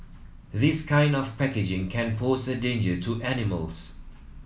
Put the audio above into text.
this kind of packaging can pose a danger to animals